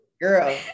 Girl